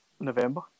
November